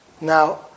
Now